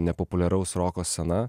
nepopuliaraus roko scena